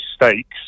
mistakes